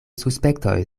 suspektoj